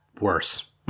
worse